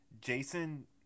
Jason